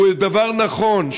היא דבר נכון,